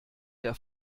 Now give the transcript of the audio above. der